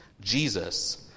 Jesus